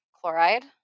chloride